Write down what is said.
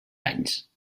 anys